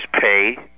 pay